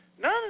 None